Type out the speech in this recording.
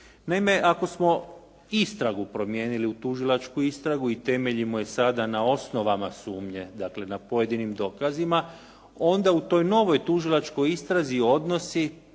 Naime, ako smo istragu promijenili u tužilačku istragu i temeljimo je sada na osnovama sumnje, dakle na pojedinim dokazima onda u toj novoj tužilačkoj istrazi odnosi